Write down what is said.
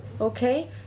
Okay